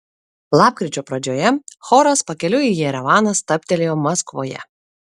lapkričio pradžioje choras pakeliui į jerevaną stabtelėjo maskvoje